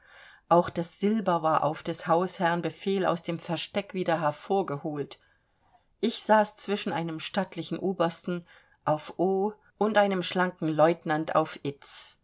auch das silber war auf des hausherrn befehl aus dem versteck wieder hervor geholt ich saß zwischen einem stattlichen obersten auf ow und einem schlanken lieutenant auf